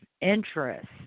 interest